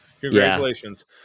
Congratulations